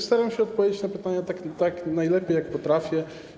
Staram się odpowiedzieć na pytania najlepiej, jak potrafię.